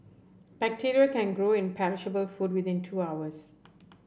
bacteria can grow in perishable food within two hours